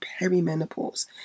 perimenopause